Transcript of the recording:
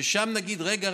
ששם נגיד: רגע,